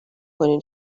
کنین